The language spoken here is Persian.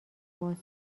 باهات